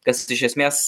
kas iš esmės